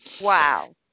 Wow